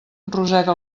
rosega